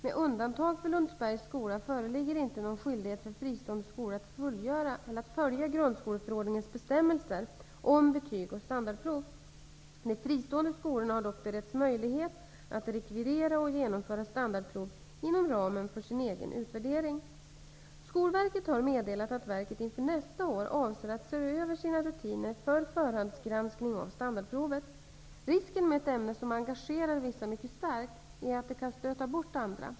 Med undantag för Lundsbergs skola föreligger inte någon skyldighet för fristående skolor att följa grundskoleförordningens bestämmelser om betyg och standardprov. De fristående skolorna har dock beretts möjlighet att rekvirera och genomföra standardprov inom ramen för sin egen utvärdering. Skolverket har meddelat att verket inför nästa år avser att se över sina rutiner för förhandsgranskning av standardprovet. Risken med ett ämne som engagerar vissa mycket starkt är att det kan stöta bort andra.